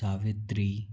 Savitri